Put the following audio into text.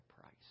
price